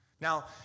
Now